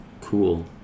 cool